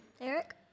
eric